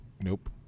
Nope